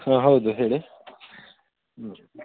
ಹಾಂ ಹೌದು ಹೇಳಿ